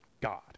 God